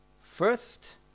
First